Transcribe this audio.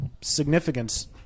significance